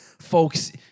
folks